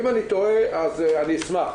אם אני טועה, אז אני אשמח.